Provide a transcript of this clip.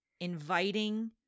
inviting